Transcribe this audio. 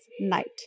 night